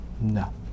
No